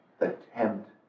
attempt